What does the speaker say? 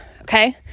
Okay